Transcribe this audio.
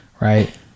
right